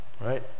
right